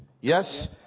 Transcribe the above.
Yes